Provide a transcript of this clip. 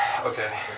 okay